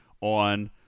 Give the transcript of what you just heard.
on